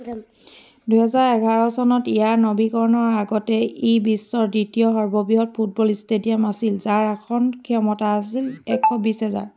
দুহেজাৰ এঘাৰ চনত ইয়াৰ নৱীকৰণৰ আগতে ই বিশ্বৰ দ্বিতীয় সৰ্ববৃহৎ ফুটবল ষ্টেডিয়াম আছিল যাৰ আসন ক্ষমতা আছিল এশ বিছ হেজাৰ